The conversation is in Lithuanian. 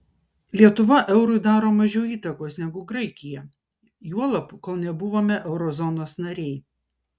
lietuva eurui daro mažiau įtakos negu graikija juolab kol nebuvome euro zonos nariai